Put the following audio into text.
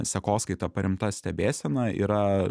sekoskaita paremta stebėsena yra